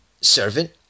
servant